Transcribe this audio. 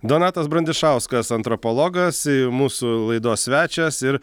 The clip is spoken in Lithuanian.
donatas brandišauskas antropologas mūsų laidos svečias ir